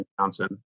Johnson